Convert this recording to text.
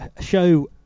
show